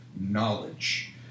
knowledge